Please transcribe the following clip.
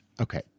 Okay